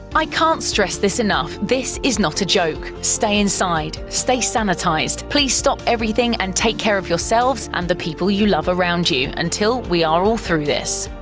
i can't stress this enough. this is not a joke. stay inside, stay sanitized. please stop everything and take care of yourselves and the people you love around you, until we are all through this.